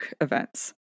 events